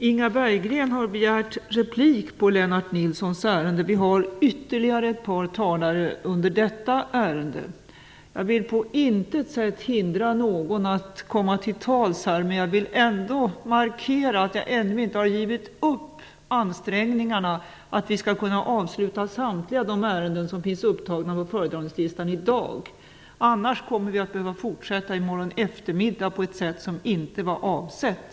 Inga Berggren har begärt replik på Lennart Nilssons anförande. Vi har ytterligare ett par talare upptagna under detta ärende. Jag vill på intet sätt hindra någon att komma till tals, men jag vill ändå markera att jag ändå inte har givit upp ansträngningarna att vi skall kunna avsluta samtliga de ärenden som finns upptagna på föredragningslistan i dag. Annars kommer vi att behöva fortsätta i morgon eftermiddag på ett sätt som inte var avsett.